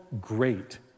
great